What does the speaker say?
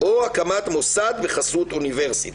או הקמת מוסד בחסות אוניברסיטה.